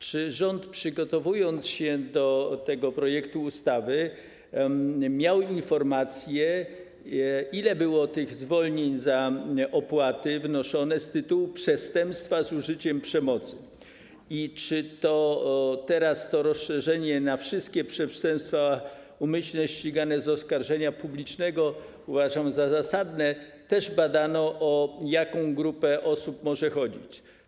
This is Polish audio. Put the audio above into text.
Czy rząd, przygotowując ten projekt ustawy, miał informacje, ile było tych zwolnień, jeśli chodzi o wnoszone opłaty, z tytułu przestępstwa z użyciem przemocy, i czy teraz - to rozszerzenie o wszystkie przestępstwa umyślne ścigane z oskarżenia publicznego uważam za zasadne - też badano, o jaką grupę osób może chodzić?